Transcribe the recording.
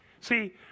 See